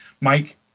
Mike